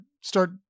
start